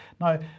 Now